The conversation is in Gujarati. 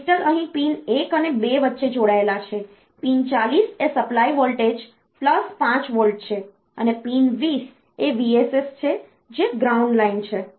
ક્રિસ્ટલ અહીં પિન 1 અને 2 વચ્ચે જોડાયેલ છે પિન 40 એ સપ્લાય વોલ્ટેજ 5v છે અને પિન 20 એ Vss છે જે ગ્રાઉન્ડ લાઇન છે